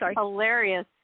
hilarious